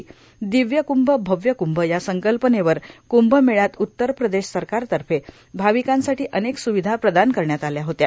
दिव्य क्रंभ भव्य क्रंभ या संकल्पनेवर कुंभ मेळ्यात उत्तर प्रदेश सरकारतर्फे भाविकांसाठी अनेक सुविधा प्रदान करण्यात आल्या होत्या